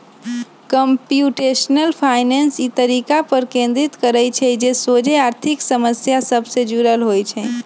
computational finance इ तरीका पर केन्द्रित करइ छइ जे सोझे आर्थिक समस्या सभ से जुड़ल होइ छइ